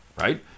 right